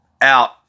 out